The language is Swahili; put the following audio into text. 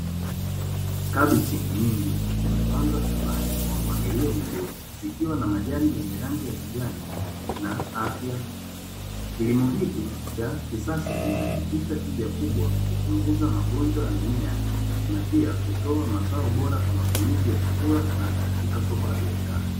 kabichi nyingi zimepandwa shambani kwa mpangilio mzuri zikiwa na majani yenye rangi ya kijani na afya kilimo hiki cha kisasa, kinahakikisha tija kubwa kupunguza magonjwa ya mimea na pia kutoa mazao bora kwa matumizi ya chakula na katika soko la biashara.